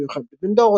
יוכבד בן דור,